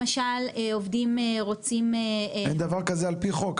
למשל עובדים רוצים --- אין דבר כזה על פי חוק,